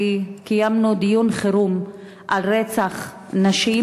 קיימנו דיון חירום על רצח נשים,